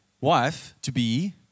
wife-to-be